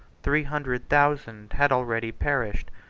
three hundred thousand had already perished,